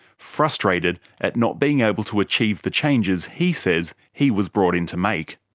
frustrated at not being able to achieve the changes he says he was brought in to make.